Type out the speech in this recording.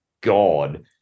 God